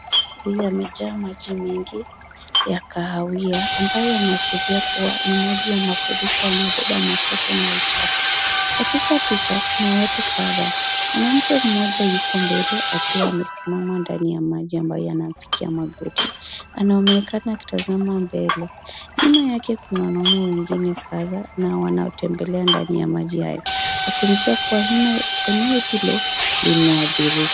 Yamejaa maji mengi ya kahawia ambayo yanaashiria kuwa ni maji ya mafuriko yanayobeba matope na uchafu. Katika picha kuna watu kadhaa, mwanamke mmoja yuko mbele akiwa amesimama ndani ya maji ambayo yanamfikia magoti. Ameonakana akitazama mbele. Nyuma yake kuna wanaume wengine kadhaa na wanaotembelea ndani ya maji hayo, wakionyesha kuwa eneo hilo limeathirika.